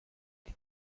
die